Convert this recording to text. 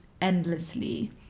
endlessly